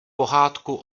pohádku